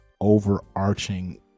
overarching